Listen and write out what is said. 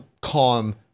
calm